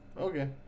Okay